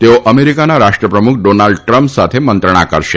તેઓ અમેરિકાના રાષ્ટ્રપ્રમુખ ડોનાલ્ડ ટ્રમ્પ સાથે મંત્રણા કરશે